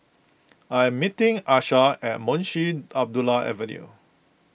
I am meeting Asa at Munshi Abdullah Avenue